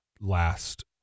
last